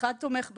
אחד תומך בשני,